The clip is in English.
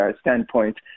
standpoint